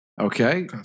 Okay